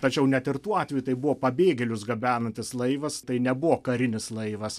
tačiau net ir tuo atveju tai buvo pabėgėlius gabenantis laivas tai nebuvo karinis laivas